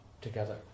together